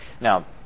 Now